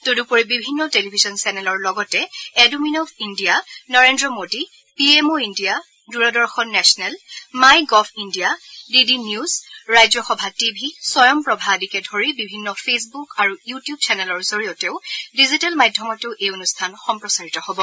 তদূপৰি বিভিন্ন টেলিভিছন চেনেলৰ লগতে edumin of India Narendra Modi PMO India Doordarshan national my gov India D D news Rajya Sabha TV Swayam Prabha আদিকে ধৰি বিভিন্ন ফেচবুক আৰু ইউটিউব চেনেলৰ জৰিয়তেও ডিজিটেল মাধ্যমতো এই অনুষ্ঠান সম্প্ৰচাৰিত হ'ব